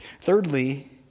Thirdly